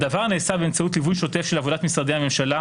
הדבר נעשה באמצעות ליווי שוטף של עבודת משרדי הממשלה,